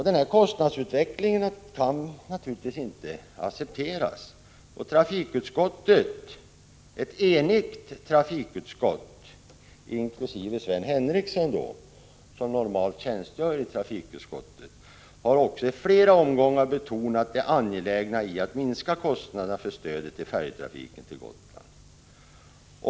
Den här kostnadsutvecklingen kan naturligtvis inte accepteras. Ett enigt trafikutskott — inkl. vpk:s Sven Henricsson, som normalt tjänstgör i trafikutskottet — har i flera omgångar betonat det angelägna i att minska kostnaderna för stödet till färjetrafiken till Gotland.